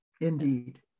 Indeed